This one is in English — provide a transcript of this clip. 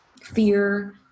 fear